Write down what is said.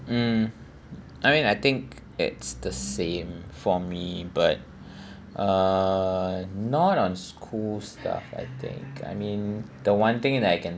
mm I mean I think it's the same for me but err not on school stuff I think I mean the one thing that I can